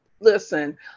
Listen